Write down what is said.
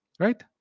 Right